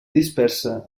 dispersa